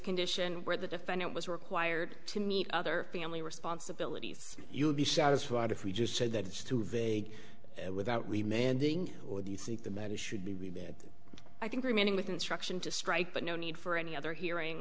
condition where the defendant was required to meet other family responsibilities you would be satisfied if you just said that it's too vague without remained or do you think the matter should be bad i think remaining with instruction to strike but no need for any other hearing